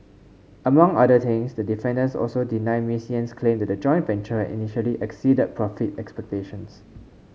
among other things the defendants also deny Ms Yen's claims that the joint venture had initially exceeded profit expectations